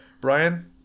Brian